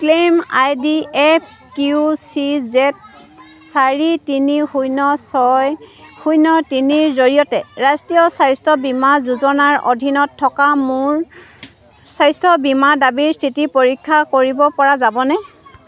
claim I D F Q C Z চাৰি তিনি শূন্য ছয় শূন্য তিনিৰ জৰিয়তে ৰাষ্ট্ৰীয় স্বাস্থ্য বীমা যোজনাৰ অধীনত থকা মোৰ স্বাস্থ্য বীমা দাবীৰ স্থিতি পৰীক্ষা কৰিবপৰা যাবনে